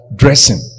dressing